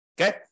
okay